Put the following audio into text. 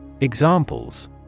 Examples